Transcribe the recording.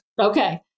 Okay